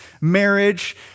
marriage